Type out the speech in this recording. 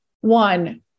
one